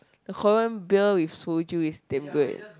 the Korean beer with soju is damn good